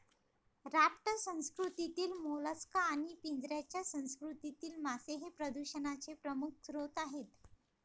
raft संस्कृतीतील mollusc आणि पिंजऱ्याच्या संस्कृतीतील मासे हे प्रदूषणाचे प्रमुख स्रोत आहेत